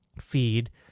feed